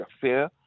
fair